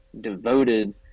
devoted